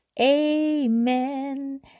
Amen